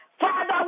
Father